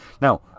now